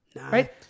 Right